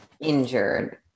injured